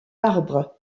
arbres